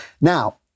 Now